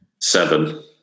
Seven